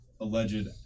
alleged